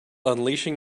unleashing